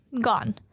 Gone